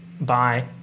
bye